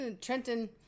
Trenton